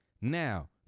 Now